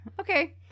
Okay